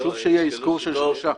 חשוב שיהיה אזכור של שלושה.